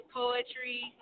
poetry